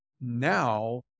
Now